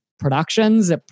productions